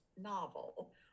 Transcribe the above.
novel